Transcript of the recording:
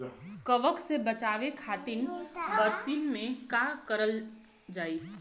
कवक से बचावे खातिन बरसीन मे का करल जाई?